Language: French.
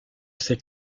ces